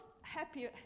happy